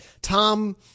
Tom